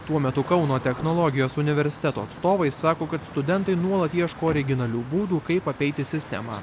tuo metu kauno technologijos universiteto atstovai sako kad studentai nuolat ieško originalių būdų kaip apeiti sistemą